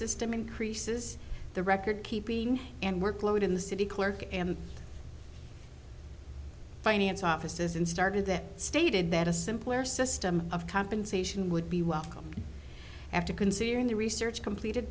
system increases the record keeping and workload in the city clerk and finance offices and started their stated that a simpler system of compensation would be welcomed after considering the research completed